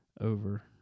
Over